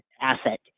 asset